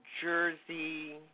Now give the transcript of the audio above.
Jersey